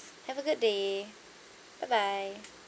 have a good day bye bye